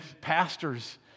pastors